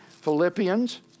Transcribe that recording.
Philippians